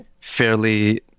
fairly